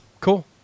Cool